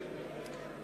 חברי הכנסת.